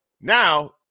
Now